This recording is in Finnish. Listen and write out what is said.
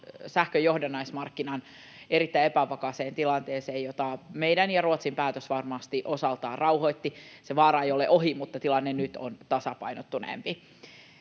sähkönjohdannaismarkkinan erittäin epävakaaseen tilanteeseen, jota meidän ja Ruotsin päätös varmasti osaltaan rauhoitti. Se vaara ei ole ohi, mutta tilanne nyt on tasapainottuneempi.